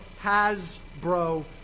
Hasbro